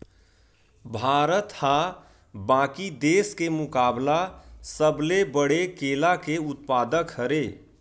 भारत हा बाकि देस के मुकाबला सबले बड़े केला के उत्पादक हरे